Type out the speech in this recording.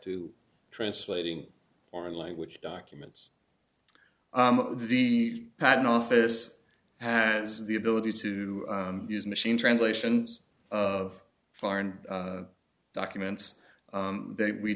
to translating foreign language documents the patent office has the ability to use machine translations of foreign documents that we